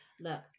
look